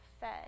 fed